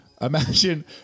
Imagine